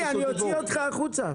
קדמי, אני אוציא אותך החוצה.